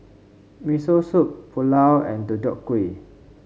Miso Soup Pulao and Deodeok Gui